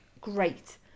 great